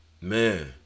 Man